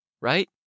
Right